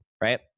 Right